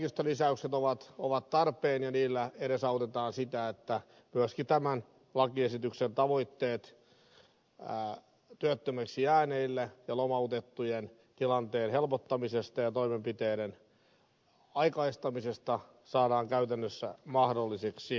eli nämä henkilöstölisäykset ovat tarpeen ja niillä edesautetaan sitä että myöskin tämän lakiesityksen tavoitteet työttömäksi jääneillä ja lomautettujen tilanteen helpottamisesta ja toimenpiteiden aikaistamisesta saadaan käytännössä mahdolliseksi